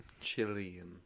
Chilean